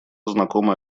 знакома